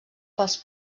pels